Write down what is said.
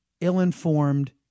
ill-informed